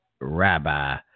rabbi